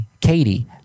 Katie